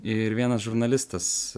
ir vienas žurnalistas